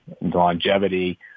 longevity